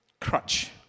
crutch